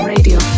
Radio